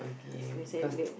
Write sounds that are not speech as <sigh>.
okay cause <noise>